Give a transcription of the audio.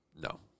No